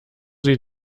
sie